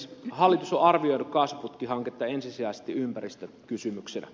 hallitus on arvioinut kaasuputkihanketta ensisijaisesti ympäristökysymyksenä